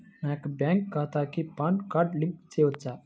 నా యొక్క బ్యాంక్ ఖాతాకి పాన్ కార్డ్ లింక్ చేయవచ్చా?